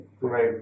Right